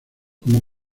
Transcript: como